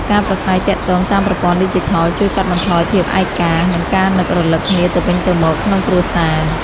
ការប្រាស្រ័យទាក់ទងតាមប្រព័ន្ធឌីជីថលជួយកាត់បន្ថយភាពឯកា និងការនឹករឭកគ្នាទៅវិញទៅមកក្នុងគ្រួសារ។